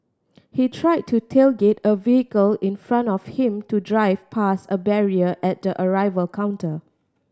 he tried to tailgate a vehicle in front of him to drive past a barrier at the arrival counter